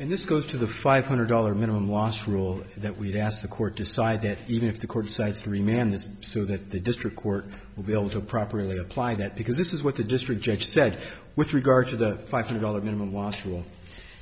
and this goes to the five hundred dollar minimum wash rule that we've asked the court decide that even if the court decides three man has so that the district court will be able to properly apply that because this is what the district judge said with regard to the five hundred dollars minimum washable